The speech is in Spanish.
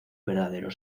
verdadero